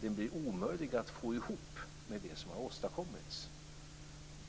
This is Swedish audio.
Det blir omöjligt att få ihop den med det som har åstadkommits.